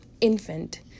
Infant